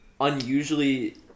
unusually